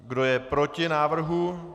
Kdo je proti návrhu?